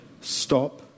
Stop